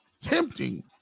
tempting